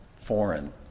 foreign